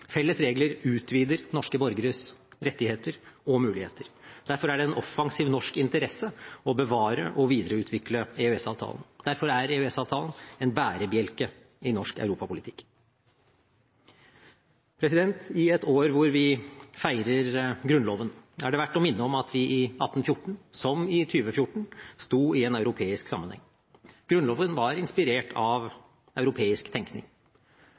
Felles regler utvider norske borgeres rettigheter og muligheter. Derfor er det en offensiv norsk interesse å bevare og videreutvikle EØS-avtalen. Derfor er EØS-avtalen en bærebjelke i norsk europapolitikk. I et år hvor vi feirer Grunnloven, er det verdt å minne om at vi i 1814, som i 2014, stod i en europeisk sammenheng. Grunnloven var inspirert av europeisk tenkning,